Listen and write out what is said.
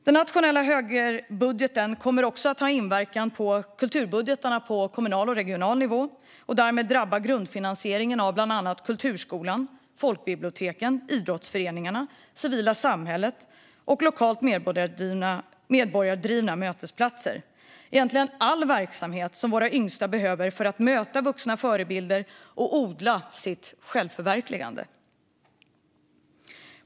Den nationella högerbudgeten kommer också att ha en inverkan på kulturbudgetarna på kommunal och regional nivå och därmed drabba grundfinansieringen av bland annat kulturskolan, folkbiblioteken, idrottsföreningarna, civilsamhället och lokalt medborgardrivna mötesplatser - egentligen all verksamhet som våra yngsta behöver för att möta vuxna förebilder och odla sitt självförverkligande.